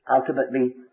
ultimately